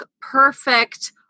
perfect